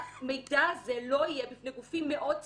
המידע הזה לא יהיה בפני גופים מאוד ספציפיים,